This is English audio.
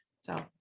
So-